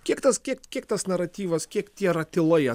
kiek tas kiek kiek tas naratyvas kiek tie ratilai